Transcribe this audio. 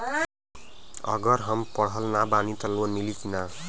अगर हम पढ़ल ना बानी त लोन मिली कि ना?